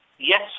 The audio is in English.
Yes